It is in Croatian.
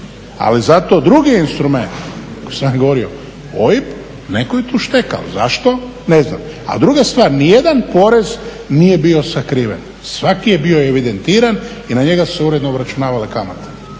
Ali zato drugi instrument, sad govorimo OIB, netko je tu štekao, zašto ne znam. A druga stvar, nije porez nije bio sakriven, svaki je bio evidentiran i na njega su se uredno obračunavale kamate.